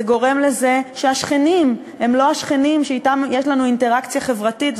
זה גורם לזה שהשכנים הם לא השכנים שאתם יש לנו אינטראקציה חברתית,